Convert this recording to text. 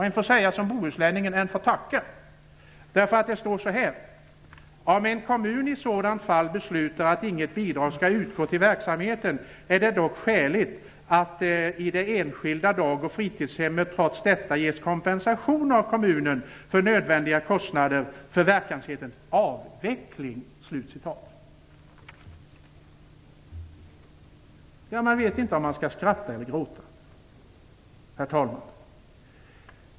En får säga som bohuslänningen: En får tacke, därför att det står så här: "Om en kommun i sådant fall beslutar att inget bidrag skall utgå till verksamheten är det dock skäligt att det enskilda dag eller fritidshemmet trots detta ges kompensation av kommunen för nödvändiga kostnader för verksamhetens avveckling." Man vet inte om man skall skratta eller gråta, herr talman.